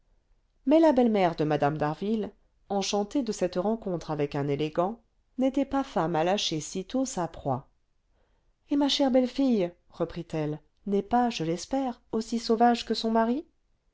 mais la belle-mère de mme d'harville enchantée de cette rencontre avec un élégant n'était pas femme à lâcher sitôt sa proie et ma chère belle-fille reprit-elle n'est pas je l'espère aussi sauvage que son mari